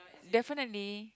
definitely